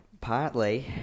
partly